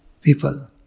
people